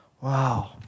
Wow